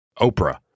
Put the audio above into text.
Oprah